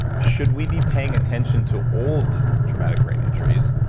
should we be paying attention to old traumatic brain injuries?